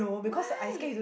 why